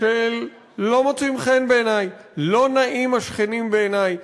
של "לא מוצאים חן בעיני" לא נאים השכנים בעיני,